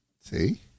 See